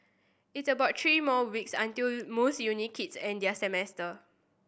it's about three more weeks until most uni kids end their semester